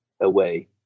away